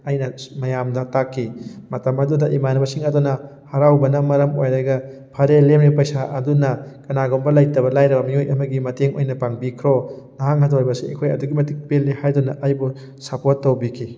ꯑꯩꯅ ꯃꯌꯥꯝꯗ ꯇꯥꯛꯈꯤ ꯃꯇꯝ ꯑꯗꯨꯗ ꯏꯃꯥꯟꯅꯕꯁꯤꯡ ꯑꯗꯨꯅ ꯍꯔꯥꯎꯕꯅ ꯃꯔꯝ ꯑꯣꯏꯔꯒ ꯐꯔꯦ ꯂꯦꯝꯃꯤꯕ ꯄꯩꯁꯥ ꯑꯗꯨꯅ ꯀꯅꯥꯒꯨꯝꯕ ꯂꯩꯇꯕ ꯂꯥꯏꯔꯕ ꯃꯤꯑꯣꯏ ꯑꯃꯒꯤ ꯃꯇꯦꯡ ꯑꯣꯏꯅ ꯄꯥꯡꯕꯤꯈ꯭ꯔꯣ ꯅꯍꯥꯛꯅ ꯇꯧꯔꯤꯕ ꯑꯁꯤ ꯑꯩꯈꯣꯏ ꯑꯗꯨꯛꯀꯤ ꯃꯇꯤꯛ ꯄꯦꯜꯂꯤ ꯍꯥꯏꯗꯨꯅ ꯑꯩꯕꯨ ꯁꯄꯣꯔꯠ ꯇꯧꯕꯤꯈꯤ